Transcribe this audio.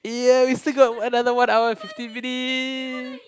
ya we still got another one hour and fifteen minute